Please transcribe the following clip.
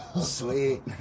Sweet